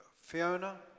Fiona